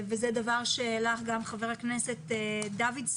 זה דבר שהעלה גם חבר הכנסת דוידסון.